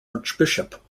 archbishop